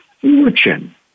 fortune